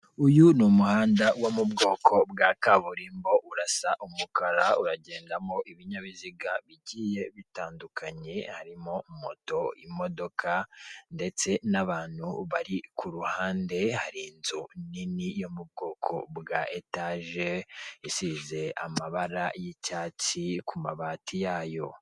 Uyu ni umuhanda wo mu bwoko bwa kaburimbo urasa umukara uragendamo ibinyabiziga bigiye bitandukanye harimo moto , imodoka ndetse n'abantu bari kuruhande hari inzu nini yo mu bwoko bwa etage isize amabara y'icyatsi kumabati yayo .